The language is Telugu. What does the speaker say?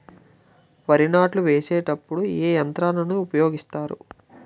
వరి నాట్లు వేసేటప్పుడు ఏ యంత్రాలను ఉపయోగిస్తారు?